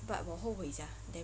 but 我后悔 sia